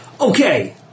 Okay